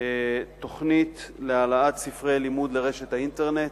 תוכנית להעלאת ספרי לימוד לרשת האינטרנט,